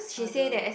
other